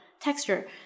texture